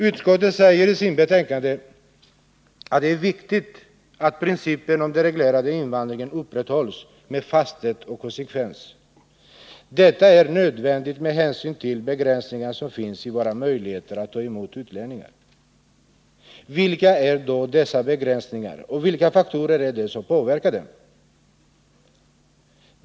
Utskottet säger i sitt betänkande att det är viktigt att principen om den reglerade invandringen upprätthålls med fasthet och konsekvens. Detta är nödvändigt med hänsyn till de begränsningar som finns i våra möjligheter att ta emot utlänningar. Vilka är då dessa begränsningar, och vilka faktorer är det som påverkar dem?